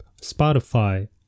Spotify